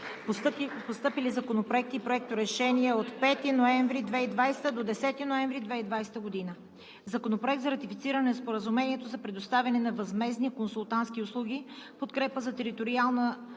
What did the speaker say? Постъпили законопроекти и проекторешения за времето от 5 ноември 2020 г. до 10 ноември 2020 г.: Законопроект за ратифициране на Споразумението за предоставяне на възмездни консултантски услуги „Подкрепа за териториална